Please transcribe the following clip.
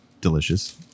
delicious